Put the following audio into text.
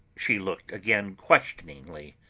she looked again questioningly,